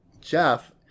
Jeff